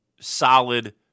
solid